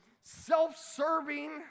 Self-serving